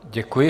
Děkuji.